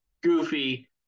goofy